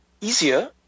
easier